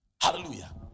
Hallelujah